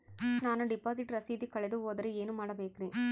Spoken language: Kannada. ನಾನು ಡಿಪಾಸಿಟ್ ರಸೇದಿ ಕಳೆದುಹೋದರೆ ಏನು ಮಾಡಬೇಕ್ರಿ?